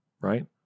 Right